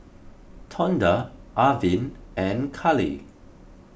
Tonda Arvin and Karlee